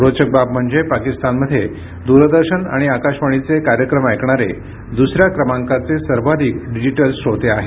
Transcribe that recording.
रोचक बाब म्हणजे पाकिस्तानमध्ये दूरदर्शन आणि आकाशवाणीचे कार्यक्रम ऐकणारे दुसऱ्या क्रमांकाचे सर्वाधिक डिजिटल श्रोते आहेत